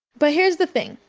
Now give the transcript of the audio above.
but here's the thing.